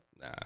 Nah